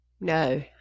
no